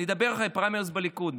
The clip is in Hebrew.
נדבר אחרי הפריימריז בליכוד,